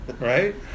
Right